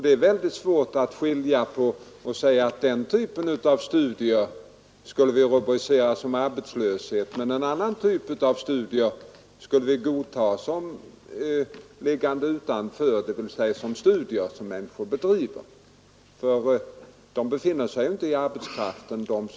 Det är väldigt svårt att skilja ut dessa och säga att den här typen av studier skulle vi rubricera som arbetslöshet, men en annan typ av studier skulle vi godta som liggande utanför arbetslösheten och beteckna som studier. De som är studerande tillhör ju inte arbetskraften.